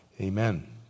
Amen